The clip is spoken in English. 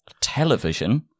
television